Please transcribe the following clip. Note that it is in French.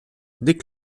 des